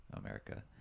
America